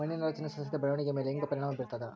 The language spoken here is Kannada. ಮಣ್ಣಿನ ರಚನೆಯು ಸಸ್ಯದ ಬೆಳವಣಿಗೆಯ ಮೇಲೆ ಹೆಂಗ ಪರಿಣಾಮ ಬೇರ್ತದ?